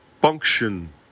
function